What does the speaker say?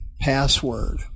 password